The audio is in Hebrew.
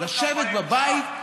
לשבת בבית ושישלחו לכם,